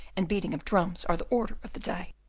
and beating of drums are the order of the day.